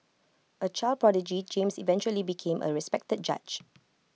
A child prodigy James eventually became A respected judge